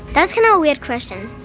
that's kind of a weird question.